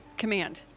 command